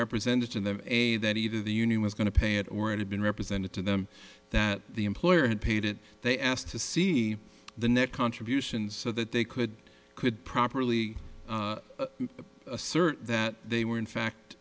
represented in them a that either the union was going to pay it already been represented to them that the employer had paid it they asked to see the net contributions so that they could could properly assert that they were in fact